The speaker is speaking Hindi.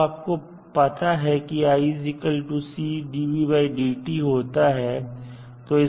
अब आपको पता है कि होता है